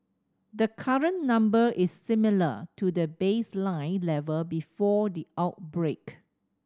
the current number is similar to the baseline level before the outbreak